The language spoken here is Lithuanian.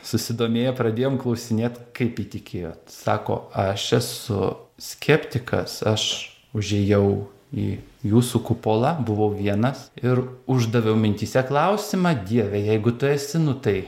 susidomėję pradėjom klausinėt kaip įtikėjot sako aš esu skeptikas aš užėjau į jūsų kupolą buvau vienas ir uždaviau mintyse klausimą dieve jeigu tu esi nu tai